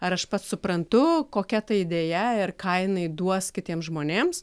ar aš pats suprantu kokia ta idėja ir ką jinai duos kitiems žmonėms